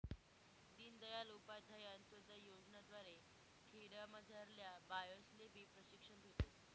दीनदयाल उपाध्याय अंतोदय योजना द्वारे खेडामझारल्या बायास्लेबी प्रशिक्षण भेटस